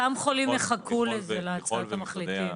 אותם חולים יחכו לזה, להצעת המחליטים.